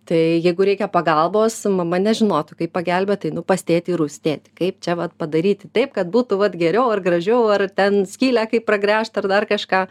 tai jeigu reikia pagalbos mama nežinotų kaip pagelbėt einu pas tėtį į rūsį tėti kaip čia vat padaryti taip kad būtų vat geriau ar gražiau ar ten skylę kaip pragręžti ar dar kažką